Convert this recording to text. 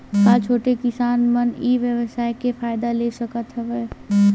का छोटे किसान मन ई व्यवसाय के फ़ायदा ले सकत हवय?